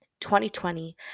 2020